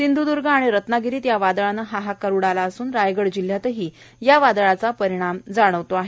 सिंधुदुर्ग आणि रत्नागिरीत या वादळानं हाहाकार उडविला असून रायगड जिल्हयातही या वादळाचा परिणाम जाणवत आहे